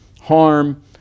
harm